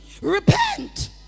Repent